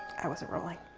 i wasn't rolling.